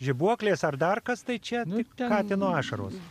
žibuoklės ar dar kas tai čia tik katino ašaros